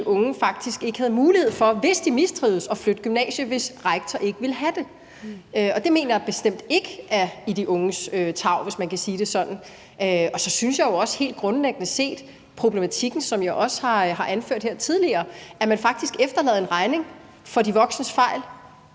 faktisk ikke havde mulighed for at flytte gymnasie, hvis rektor ikke ville have det, og det mener jeg bestemt ikke er i de unges tarv, hvis man kan sige det sådan. Og så synes jeg jo også helt grundlæggende set, at der er den problematik, som jeg har anført her tidligere, at man faktisk efterlader en regning for de voksnes fejl